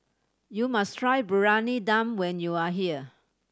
you must try Briyani Dum when you are here